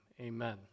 amen